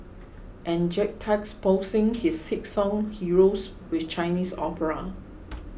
and juxtaposing his sit song Heroes with Chinese opera